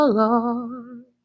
lord